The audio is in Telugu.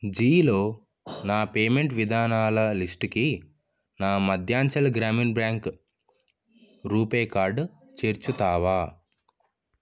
జీలో నా పేమెంట్ విధానాల లిస్టుకి నా మధ్యాంచల్ గ్రామీణ బ్యాంక్ రూపే కార్డు చేర్చుతావా